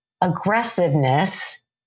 aggressiveness